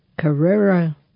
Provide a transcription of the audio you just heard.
Carrera